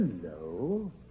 Hello